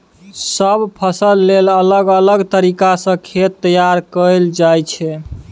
सब फसल लेल अलग अलग तरीका सँ खेत तैयार कएल जाइ छै